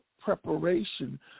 preparation